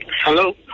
Hello